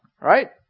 right